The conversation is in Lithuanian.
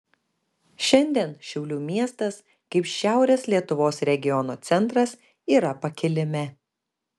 šiandien šiaulių miestas kaip šiaurės lietuvos regiono centras yra pakilime